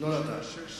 שש